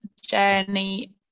journey